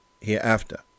hereafter